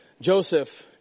Joseph